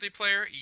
multiplayer